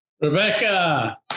Rebecca